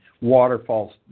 waterfalls